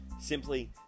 simply